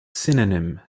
synonym